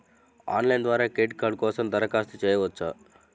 Online ద్వారా credit card కోసం దరఖాస్తు చేయవచ్చా?